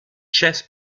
chess